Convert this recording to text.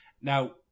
Now